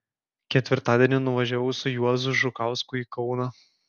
ketvirtadienį nuvažiavau su juozu žukausku į kauną